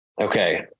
Okay